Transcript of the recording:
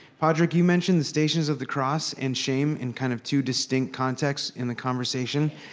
padraig, you mentioned the stations of the cross and shame in kind of two distinct contexts in the conversation.